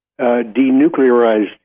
denuclearized